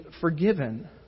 forgiven